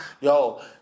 Yo